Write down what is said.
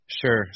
Sure